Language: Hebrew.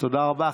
תודה רבה.